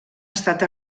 estat